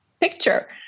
picture